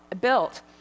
built